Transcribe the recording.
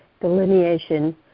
delineation